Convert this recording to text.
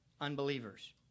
unbelievers